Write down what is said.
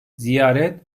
ziyaret